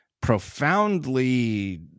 profoundly